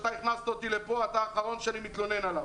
אתה הכנסת אותי לפה ואתה האחרון שאני מתלונן עליו.